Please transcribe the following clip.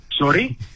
Sorry